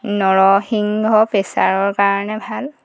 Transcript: নৰসিংহ প্ৰেচাৰৰ কাৰণে ভাল